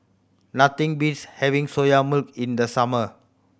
nothing beats having Soya Milk in the summer